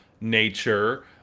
nature